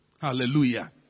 Hallelujah